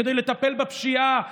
כדי לטפל בפשיעה,